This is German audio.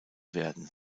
werden